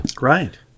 Right